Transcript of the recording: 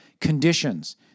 conditions